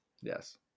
Yes